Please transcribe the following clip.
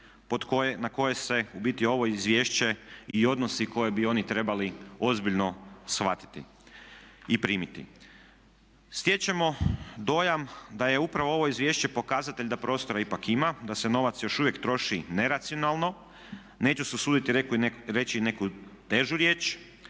na koje se u biti ovo izvješće i odnosi, koje bi oni trebali ozbiljno shvatiti i primiti. Stječemo dojam da je upravo ovo izvješće pokazatelj da prostora ipak ima, da se novac još uvijek troši neracionalno. Neću se usuditi reći neku težu riječ.